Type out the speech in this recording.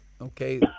okay